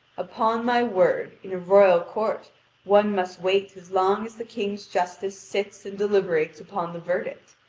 upon my word, in a royal court one must wait as long as the king's justice sits and deliberates upon the verdict.